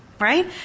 right